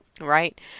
Right